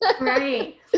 right